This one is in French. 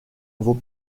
vos